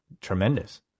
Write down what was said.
tremendous